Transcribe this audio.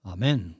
Amen